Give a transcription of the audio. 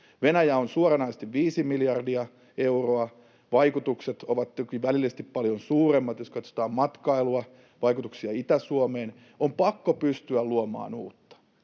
Venäjä on suoranaisesti viisi miljardia euroa. Vaikutukset ovat toki välillisesti paljon suuremmat, jos katsotaan matkailua, vaikutuksia Itä-Suomeen. On pakko pystyä luomaan uutta.